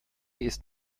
ist